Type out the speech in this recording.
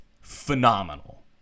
phenomenal